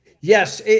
Yes